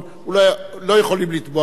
לא יכולים לתבוע אותו,